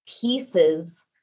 pieces